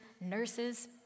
nurses